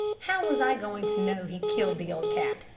how was i going to know he'd kill the old cat?